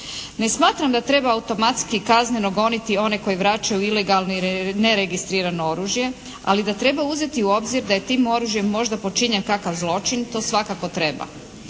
Ne smatram da treba automatski kazneno goniti one koji vraćaju ilegalno neregistrirano oružje, ali ga treba uzeti u obzir da je tim oružjem možda počinjen kakav zločin to svakako treba.